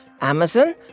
Amazon